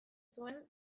zuen